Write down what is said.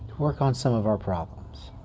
work on some of our problems.